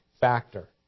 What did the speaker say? factor